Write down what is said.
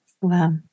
Wow